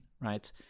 right